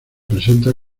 presenta